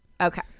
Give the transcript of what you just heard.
Okay